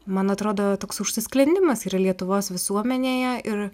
man atrodo toks užsisklendimas yra lietuvos visuomenėje ir